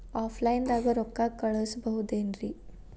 Offline ದಾಗ ರೊಕ್ಕ ಕಳಸಬಹುದೇನ್ರಿ?